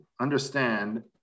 understand